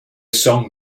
song